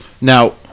now